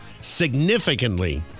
significantly